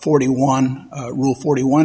forty one rule forty one